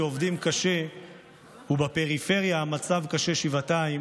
שעובדים קשה ובפריפריה המצב קשה שבעתיים,